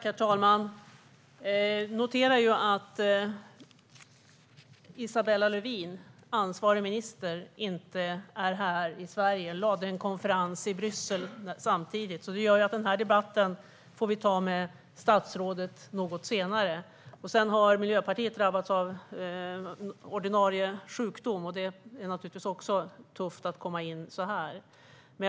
Herr talman! Jag noterar att ansvarig minister Isabella Lövin inte är här i Sverige, då en konferens i Bryssel lades samtidigt. Det gör att vi får ta debatten med statsrådet något senare. Sedan har Miljöpartiet drabbats av sjukdom hos ordinarie ledamot, och det är naturligtvis tufft att komma in så här för Emma Nohrén.